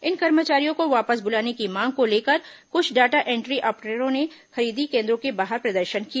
इन कर्मचारियों को वापस बुलाने की मांग को लेकर कुछ डाटा एंट्री ऑपरेटरों ने खरीदी केन्द्रों के बाहर प्रदर्शन किया